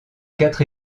quatre